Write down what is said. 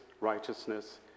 righteousness